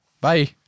Bye